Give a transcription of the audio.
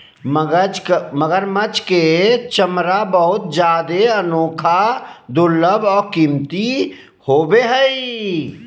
मगरमच्छ के चमरा बहुत जादे अनोखा, दुर्लभ और कीमती होबो हइ